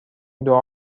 دعا